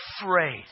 afraid